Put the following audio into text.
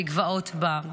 מגבעות בר.